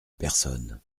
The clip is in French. personne